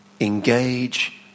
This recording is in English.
engage